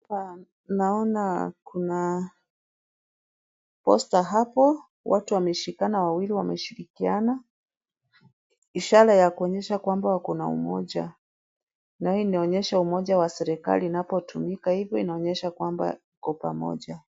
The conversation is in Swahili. Hapa naona kuna poster hapo. Watu wameshikana wawili wameshirikiana ishara ya kuonesha kwamba wako na umoja. Na hii inaonesha umoja wa serikali inapotumika hivo inaonesha kwamba tuko pamoja.